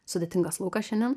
sudėtingas laukas šiandien